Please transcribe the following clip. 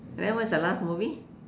then what is the last movie